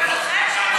אתה זוכר שהם,